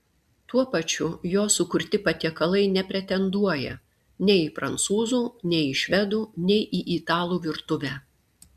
tuo pačiu jo sukurti patiekalai nepretenduoja nei į prancūzų nei į švedų nei į italų virtuvę